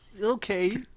Okay